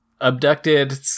abducted